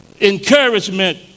Encouragement